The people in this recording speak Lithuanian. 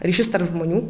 ryšius tarp žmonių